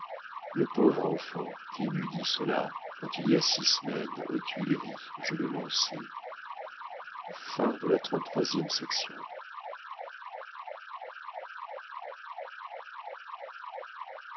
le pauvre enfant qui m'eût dit cela quand il y a six semaines aux tuileries je le lançais